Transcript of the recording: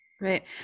Right